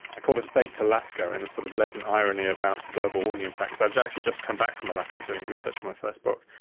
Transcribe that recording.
i called it a baked alaska in a sort of leaden irony about global warming impacts. i'd actually just come back from alaska doing research for my first book.